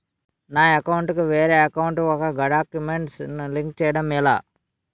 నా అకౌంట్ కు వేరే అకౌంట్ ఒక గడాక్యుమెంట్స్ ను లింక్ చేయడం ఎలా?